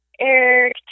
Eric